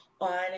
on